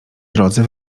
drodze